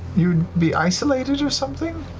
you know be isolated or something?